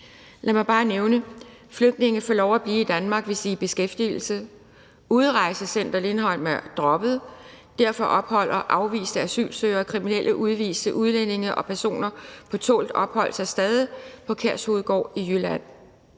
Lad mig bare nævne nogle: Flygtninge får lov at blive i Danmark, hvis de er i beskæftigelse. Udrejsecenter Lindholm er droppet, så derfor opholder afviste asylsøgere, kriminelle udviste udlændinge og personer på tålt ophold sig stadig på Kærshovedgård i Jylland;